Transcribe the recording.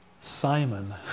Simon